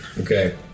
Okay